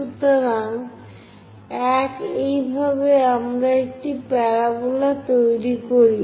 সুতরাং 1 এইভাবে আমরা একটি প্যারাবোলা তৈরি করি